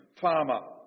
farmer